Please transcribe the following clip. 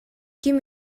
ким